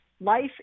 life